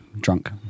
drunk